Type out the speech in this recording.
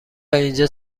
اینجا